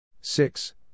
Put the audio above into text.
six